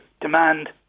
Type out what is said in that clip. demand